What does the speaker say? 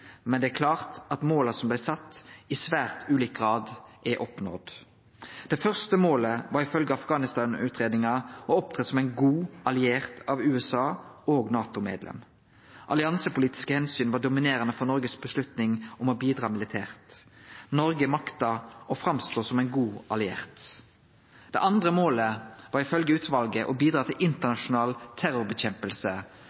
men det er klart at måla som blei sette, i svært ulik grad er oppnådde. Det første målet var ifølgje afghanistanutgreiinga å opptre som ein god alliert av USA og NATO-medlem. Alliansepolitisk omsyn var dominerande for Noregs vedtak om å bidra militært. Noreg makta å framstå som ein god alliert. Det andre målet var ifølgje utvalet å bidra til